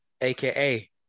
aka